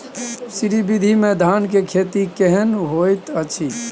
श्री विधी में धान के खेती केहन होयत अछि?